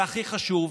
והכי חשוב,